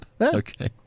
Okay